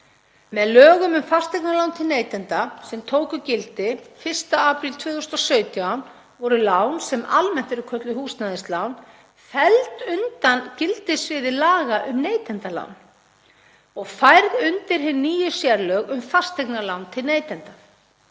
Með lögum um fasteignalán til neytenda sem tóku gildi 1. apríl 2017 voru lán sem almennt eru kölluðu húsnæðislán felld undan gildissviði laga um neytendalán og færð undir hin nýju sérlög um fasteignalán til neytenda